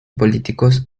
políticos